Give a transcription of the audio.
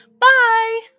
Bye